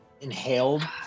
inhaled